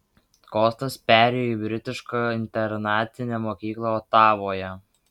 kostas perėjo į britišką internatinę mokyklą otavoje